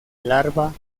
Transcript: larva